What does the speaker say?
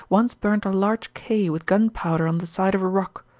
once burnt a large k with gunpowder on the side of a rock.